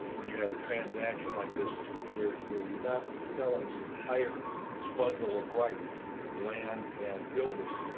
when you have a transaction like this where where you're not selling the entire bundle of rights land and building